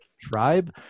tribe